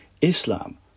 Islam